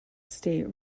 state